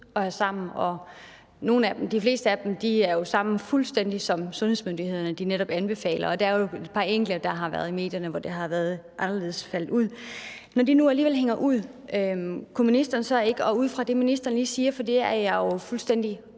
fuldstændig på den måde, som sundhedsmyndighederne anbefaler. Der er enkelte, der har været i medierne, hvor det er faldet anderledes ud. Når de nu alligevel hænger ud, og ud fra det, ministeren siger, som jeg jo fuldstændig